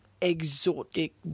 exotic